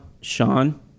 Sean